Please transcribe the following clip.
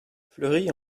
fleury